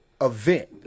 event